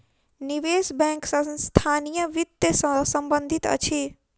निवेश बैंक संस्थानीय वित्त सॅ संबंधित अछि